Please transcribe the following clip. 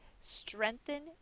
strengthen